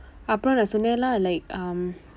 அப்புறம நான் சொன்னேன்:appuram naan sonneen lah like um